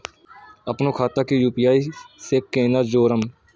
अपनो खाता के यू.पी.आई से केना जोरम?